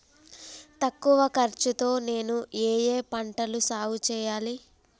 తక్కువ ఖర్చు తో నేను ఏ ఏ పంటలు సాగుచేయాలి?